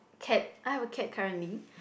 cat I have a cat currently